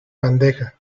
bandeja